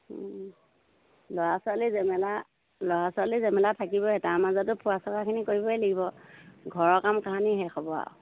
ল'ৰা ছোৱালী জেমেলা ল'ৰা ছোৱালী ঝামেলা থাকিবই তাৰ মাজতো ফুৰা চকাখিনি কৰিবই লাগিব ঘৰৰ কাম কাহানী শেষ খব আৰু